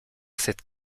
cette